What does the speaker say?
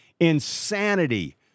insanity